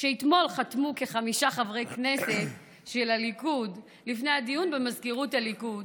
שאתמול חתמו כחמישה חברי כנסת של הליכוד לפני הדיון במזכירות הליכוד,